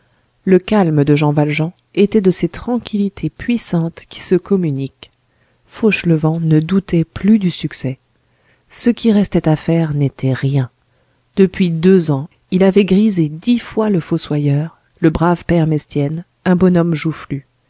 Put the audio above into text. le calme de jean valjean était de ces tranquillités puissantes qui se communiquent fauchelevent ne doutait plus du succès ce qui restait à faire n'était rien depuis deux ans il avait grisé dix fois le fossoyeur le brave père mestienne un bonhomme joufflu